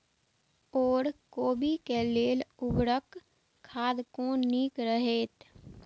ओर कोबी के लेल उर्वरक खाद कोन नीक रहैत?